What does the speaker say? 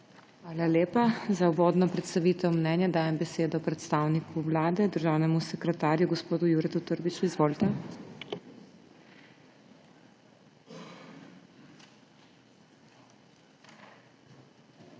Hvala lepa. Za uvodno predstavitev mnenja dajem besedo predstavniku Vlade državnemu sekretarju gospodu Juretu Trbiču. Izvolite. **JURE